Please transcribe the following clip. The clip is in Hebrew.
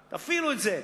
תפעילו את זה.